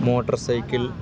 motorcycle